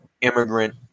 immigrant